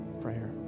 prayer